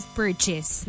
purchase